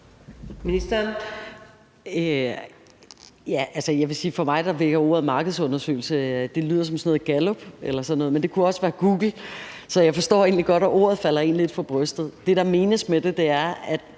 for mig lyder ordet markedsundersøgelse som en gallupundersøgelse eller sådan noget, men det kunne også være Google, så jeg forstår egentlig godt, at ordet falder en lidt for brystet. Det, der menes med det, er, at